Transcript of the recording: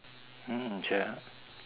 mm sia